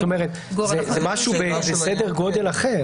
זאת אומרת זה משהו בסדר גודל אחר.